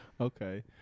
Okay